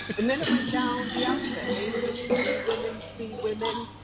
and then it went down the alphabet. a women, b women, c women.